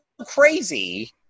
crazy